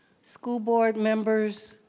school board members,